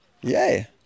Yay